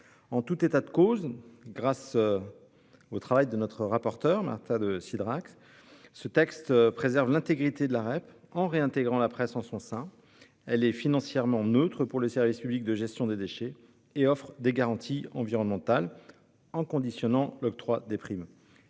En tout état de cause, grâce au travail de notre rapporteure, Marta de Cidrac, ce texte préserve l'intégrité de la REP en réintégrant la presse en son sein. Il est financièrement neutre pour le service public de gestion des déchets et offre des garanties environnementales, en conditionnant l'octroi des primes.